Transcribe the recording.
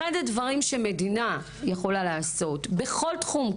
אחד הדברים שמדינה יכולה לעשות בכל תחום,